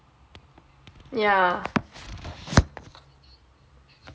yeah